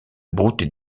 brouter